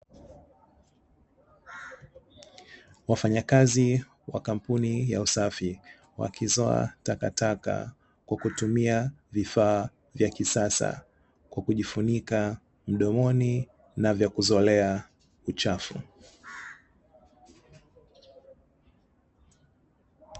Wafanyakazi wa kampuni ya usafi wakizoa takataka kwa kutumia vifaa vya kisasa kwa kujifunika mdomoni na vya kuzolea uchafu.